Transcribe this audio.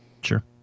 Sure